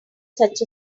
such